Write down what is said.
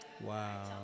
Wow